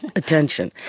attention.